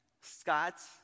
Scott's